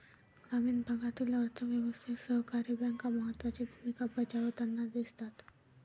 ग्रामीण भागातील अर्थ व्यवस्थेत सहकारी बँका महत्त्वाची भूमिका बजावताना दिसतात